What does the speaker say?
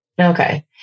Okay